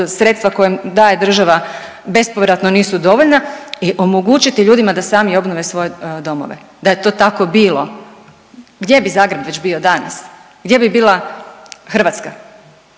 sredstva koja im daje država bespovratno nisu dovoljna i omogućiti ljudima da sami obnove svoje domove. Da je to tako bilo, gdje bi Zagreb već bio danas, gdje bi bila Hrvatska,